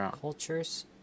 cultures